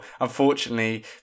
unfortunately